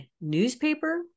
newspaper